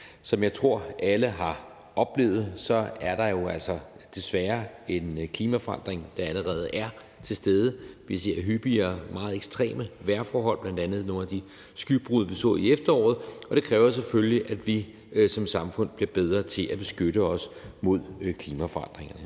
Som jeg også tror, alle har oplevet, er der jo altså desværre en klimaforandring, der allerede er til stede. Vi ser jo hyppigere meget ekstreme vejrforhold, bl.a. nogle af de skybrud, vi så i efteråret, og det kræver selvfølgelig, at vi som samfund bliver bedre til at beskytte os mod klimaforandringerne,